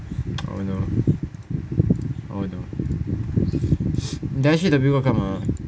oh no oh no 你等下去 the viewer 干嘛